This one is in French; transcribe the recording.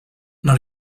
dans